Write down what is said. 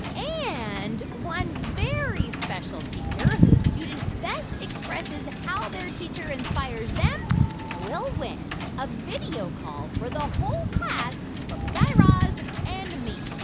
and and one very special teacher whose student best expresses how their teacher inspires them will win a video call for the whole class from guy raz and me